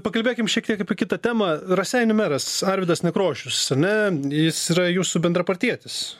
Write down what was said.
pakalbėkim šiek tiek apie kitą temą raseinių meras arvydas nekrošius ar ne jis yra jūsų bendrapartietis